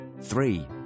Three